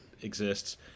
exists